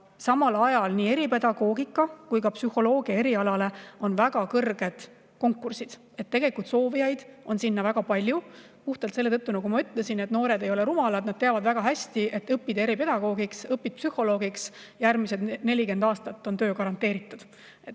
Samal ajal on nii eripedagoogika kui ka psühholoogia erialal väga suured konkursid. Soovijaid on väga palju, puhtalt selle tõttu, nagu ma ütlesin, et noored ei ole rumalad, nad teavad väga hästi, et õpid eripedagoogiks, õpid psühholoogiks ja järgmised 40 aastat on sul töö garanteeritud.